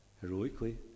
heroically